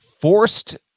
forced